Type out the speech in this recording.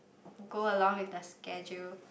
go along with the schedule